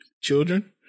Children